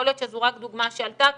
יכול להיות שזו רק דוגמה שעלתה כאן,